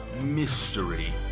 Mystery